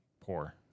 poor